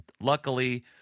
Luckily